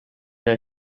der